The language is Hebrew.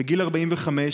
בגיל 45,